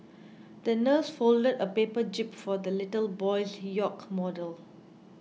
the nurse folded a paper jib for the little boy's yacht model